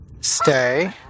Stay